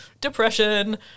depression